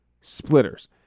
splitters